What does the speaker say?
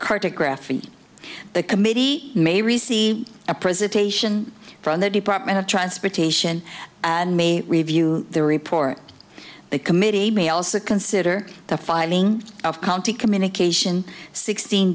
cartographic the committee may receive a presentation from the department of transportation and may review the report the committee may also consider the filing of county communication sixteen